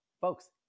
Folks